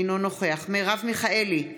אינו נוכח מרב מיכאלי,